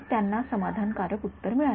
तर त्यांना समाधानकारक उत्तर मिळाले